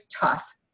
tough